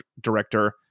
director